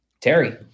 Terry